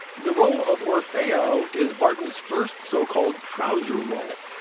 the role of orfeo is bartons first so-called trouser role.